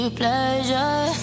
pleasure